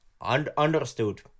understood